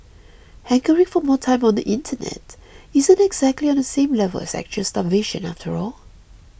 hankering for more time on the Internet isn't exactly on the same level as actual starvation after all